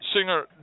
Singer